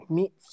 Meet